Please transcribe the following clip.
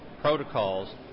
protocols